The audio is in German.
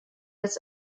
als